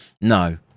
No